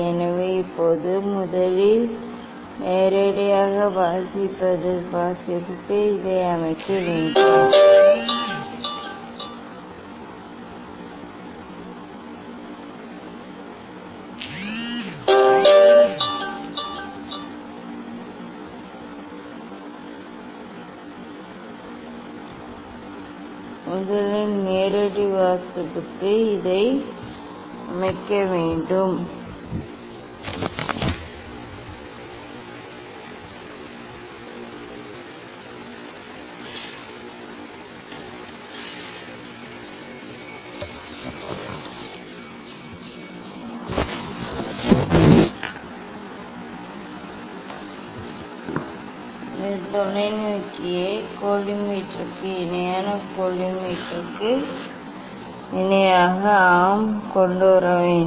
எனவே இப்போது முதலில் நேரடி வாசிப்புக்கு இதை அமைக்க வேண்டும் இதை நாம் கொண்டு வர வேண்டும் இந்த தொலைநோக்கியை கோலிமேட்டருக்கு இணையாக கோலிமேட்டருக்கு இணையாக ஆம் கொண்டு வர வேண்டும்